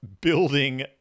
building